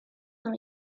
dans